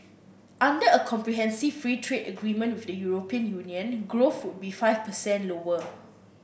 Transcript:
under a comprehensive free trade agreement with the European Union growth would be five percent lower